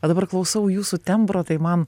o dabar klausau jūsų tembro tai man